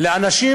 לאנשים,